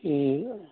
یی یہِ